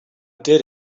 did